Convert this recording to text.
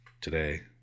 today